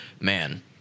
man